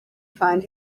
find